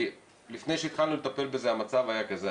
כי לפני שהתחלנו לטפל בזה המצב היה כזה,